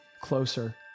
closer